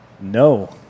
No